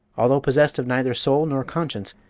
although possessed of neither soul nor conscience,